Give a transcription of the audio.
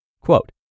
quote